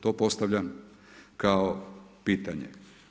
To postavljam kao pitanje?